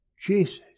Jesus